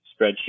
spreadsheet